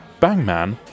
Bangman